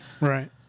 Right